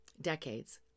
decades